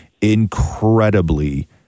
incredibly